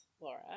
Laura